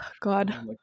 God